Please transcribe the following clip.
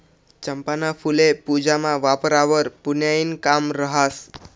चंपाना फुल्ये पूजामा वापरावंवर पुन्याईनं काम रहास